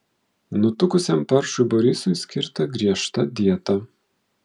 nutukusiam paršui borisui skirta griežta dieta